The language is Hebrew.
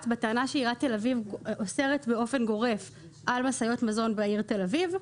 בטענה שעיריית תל אביב אוסרת באופן גורף על משאיות מזון בעיר תל אביב.